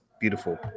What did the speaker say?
beautiful